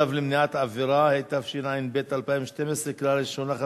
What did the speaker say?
(צו למניעת עבירה), התשע"ב 2012, לקריאה ראשונה.